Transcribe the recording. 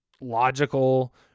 logical